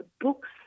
books